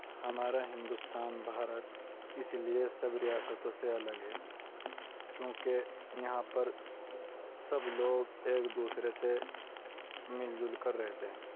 ہمارا ہندوستان بھارت اس لیے سب ریاستوں سے الگ ہے کیوں کہ یہاں پر سب لوگ ایک دوسرے سے مل جل کر رہتے ہیں